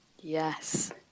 Yes